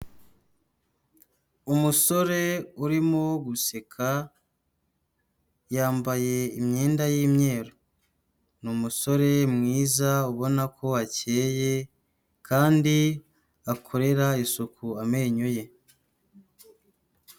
Umusore urimo guseka, yambaye imyenda y'imyeru. Ni umusore mwiza ubona ko akeye kandi akorera isuku amenyo ye.